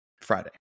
Friday